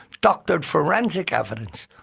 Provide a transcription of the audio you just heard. doctored forensic evidence.